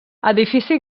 edifici